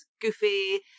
Goofy